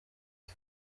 ati